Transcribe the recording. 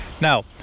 Now